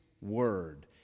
word